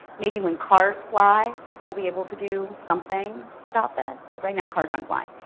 maybe when cars fly we'll be able to do something about this but right now cars aren't flying.